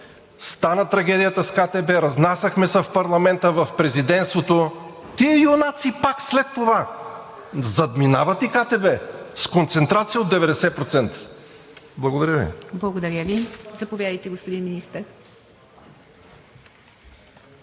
Стана трагедията с КТБ, разнасяхме се в парламента, в Президентството. Тези юнаци пак след това задминават и КТБ с концентрация от 90%. Благодаря Ви. ПРЕДСЕДАТЕЛ ИВА МИТЕВА: Благодаря Ви. Заповядайте, господин Министър.